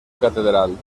catedral